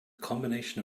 combination